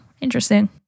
interesting